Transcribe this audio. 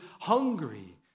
hungry